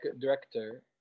director